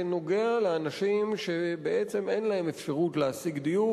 שנוגע לאנשים שבעצם אין להם אפשרות להשיג דיור